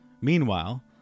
Meanwhile